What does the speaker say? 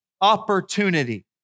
opportunity